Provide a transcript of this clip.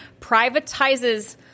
privatizes